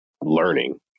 learning